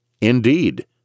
Indeed